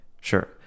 Sure